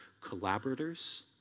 collaborators